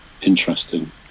interesting